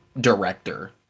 director